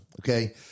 okay